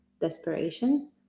desperation